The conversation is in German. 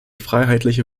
freiheitliche